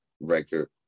record